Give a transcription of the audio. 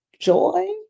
joy